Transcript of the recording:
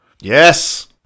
Yes